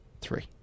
three